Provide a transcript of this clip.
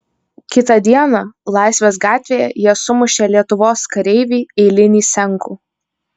kitą dieną laisvės gatvėje jie sumušė lietuvos kareivį eilinį senkų